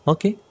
Okay